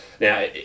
now